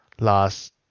last